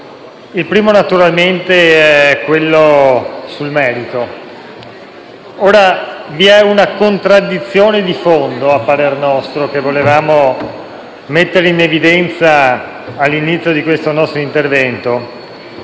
Il primo naturalmente è quello sul merito. Ora, vi è una contraddizione di fondo a parer nostro, che volevamo mettere in evidenza all'inizio di questo nostro intervento,